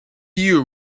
you